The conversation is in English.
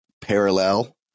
parallel